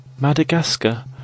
Madagascar